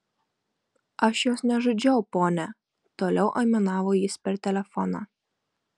aš jos nežudžiau ponia toliau aimanavo jis per telefoną